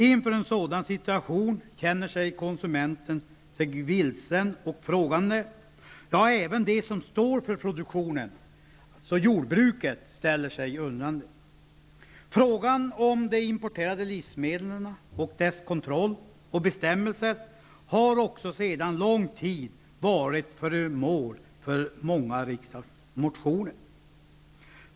Inför en sådan situation känner sig konsumenten vilsen och frågande. Även de som står för produktionen, jordbrukarna, ställer sig undrande. Frågan om kontroll av och bestämmelser för de importerade livsmedlen har också sedan lång tid varit föremål för många riksdagsmotioner.